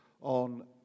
on